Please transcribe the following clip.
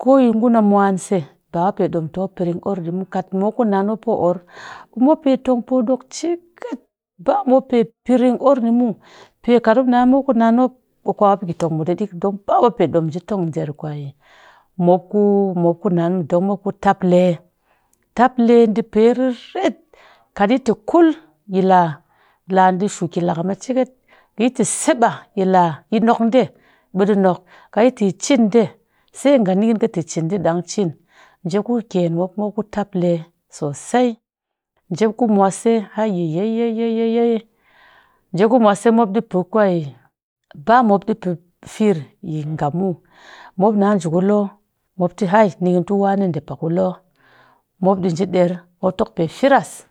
koyi ngun a mwanse ba pe ɗom tɨ mop piring ɗii mu kat mop kunan mop orr ɓe mop pe tong poo ɗok ciket ba moppe piring orr ni muw pe kat mop na mop kunan mop ɓe kwamop pe ki tong mut a ɗiik, ba mop pe ɗom nji tong pe kwe mop kunan mu don mop ku taple. Taple ɗii pe riret katyi tɨ kul yilaa laa ni ki lakam a cheket, yi tɨ seɓaa yilaa yi nok ɗee ɓe laa ni nok kat yi yi chin ɗee se nganikɨn kɨ cin ɗee ɗang cin, njep ku kyen mop ku taple sosai. njep ku mwase hayeyeyeye njep ku mwase mop ɗii pe kwe ba mop ɗii pe firr yi nga muw mop na njii ku loo mop tɨ hai nikɨntu wane ɗee pa ku loo, mop ɗii nji ɗer mop tokpe firsa.